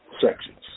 sections